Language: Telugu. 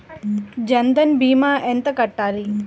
జన్ధన్ భీమా ఎంత కట్టాలి?